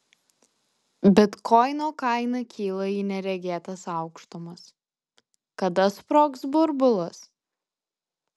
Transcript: bitkoino kaina kyla į neregėtas aukštumas kada sprogs burbulas